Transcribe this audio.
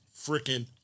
freaking